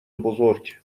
بزرگ